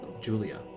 Julia